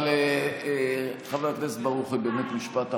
אבל חבר הכנסת ברוכי, באמת משפט אחרון.